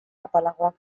apalagoak